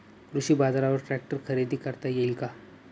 कृषी बाजारवर ट्रॅक्टर खरेदी करता येईल का?